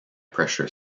pressure